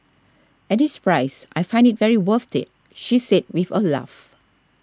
at this price I find it very worth it she said with a laugh